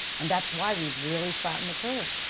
and that's why we've really flattened the curve,